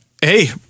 Hey